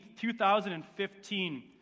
2015